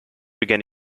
began